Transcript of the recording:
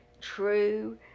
true